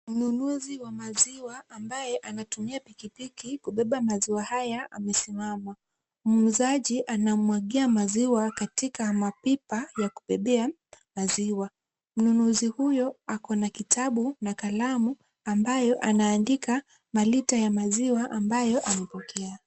Mnunuzi wa maziwa ambaye anatumia pikipiki kubeba maziwa haya amesimama. Muuzaji anammwagia maziwa katika mapipa ya kubebea maziwa. Mnunuzi huyo ako na kitabu na kalamu ambayo anaandika malita ya maziwa ambayo amepokea.